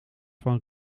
van